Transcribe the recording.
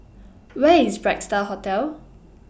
Where IS Bright STAR Hotel